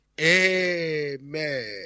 Amen